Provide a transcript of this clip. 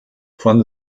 von